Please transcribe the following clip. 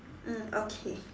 mm okay